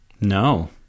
no